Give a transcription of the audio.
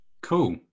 cool